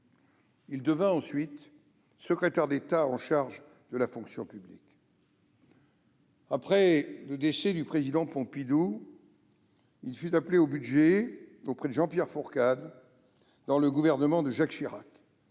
Il devint ensuite secrétaire d'État chargé de la fonction publique. Après le décès du président Pompidou, il fut appelé au budget auprès de Jean-Pierre Fourcade dans le gouvernement de Jacques Chirac.